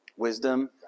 wisdom